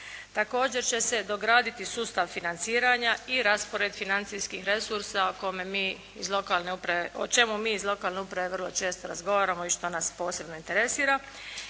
Također će se dograditi sustav financiranja i raspored financijskih resursa o čemu mi iz lokalne uprave vrlo često razgovaramo i što nas posebno interesira.